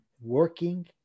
working